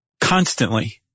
constantly